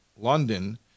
London